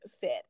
fit